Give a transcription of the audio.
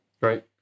right